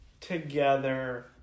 together